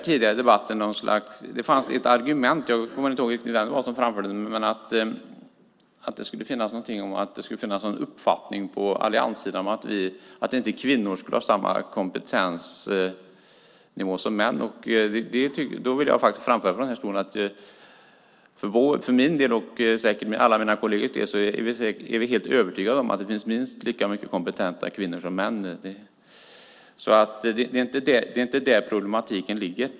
Tidigare i debatten har det funnits ett argument - jag kommer inte ihåg vem som framförde det - om att det skulle finnas en uppfattning på allianssidan om att kvinnor inte skulle ha samma kompetensnivå som män. Jag vill framföra från talarstolen att för min del - och säkert för alla mina kollegers del - är jag helt övertygad om att det finns minst lika många kompetenta kvinnor som män. Det är inte där problemet ligger.